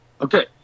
Okay